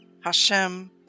Hashem